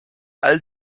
all